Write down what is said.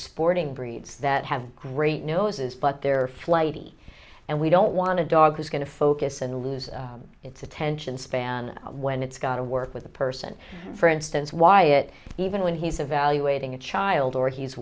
sporting breeds that have great noses but they're flighty and we don't want a dog who's going to focus and lose it's attention span when it's got to work with a person for instance why it even when he's evaluating a child or he's